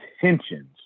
intentions